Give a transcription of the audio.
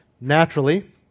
Naturally